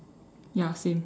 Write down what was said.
ya same